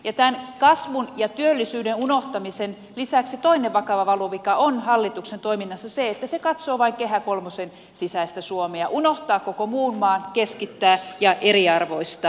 tämän kasvun ja työllisyyden unohtamisen lisäksi toinen vakava valuvika on hallituksen toiminnassa se että se katsoo vain kehä kolmosen sisäistä suomea unohtaa koko muun maan keskittää ja eriarvoistaa